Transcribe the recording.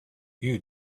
you